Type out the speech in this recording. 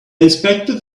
inspected